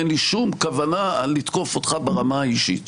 אין לי שום כוונה לתקוף אותך ברמה האישית,